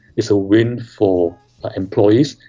it's a win for employees,